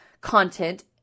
content